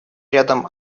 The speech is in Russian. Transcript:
рядом